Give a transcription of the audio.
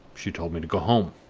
she told me to go home,